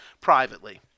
privately